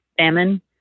salmon